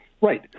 Right